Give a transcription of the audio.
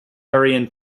aryan